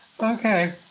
Okay